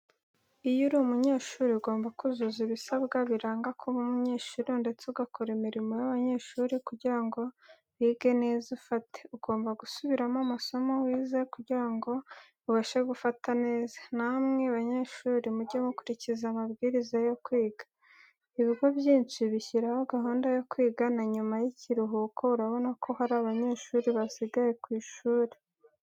Iyo uri umunyeshuri ugomba kuzuza ibisabwa biranga kuba umunyeshuri ndetse ugakora imirimo y'abanyeshuri kugira ngo wige neza ufate ugomba gusubiramo amasomo wize kugira ngo ubashe gufata neza, namwe banyeshuri mujye mukurikiza amabwiriza yo kwiga. Ibigo byinshi bishyiraho gahunda yo kwiga nanyuma y'ibiruhuko urabona ko hari abanyeshuri basigaye ku ishuri.